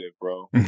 bro